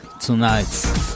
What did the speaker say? tonight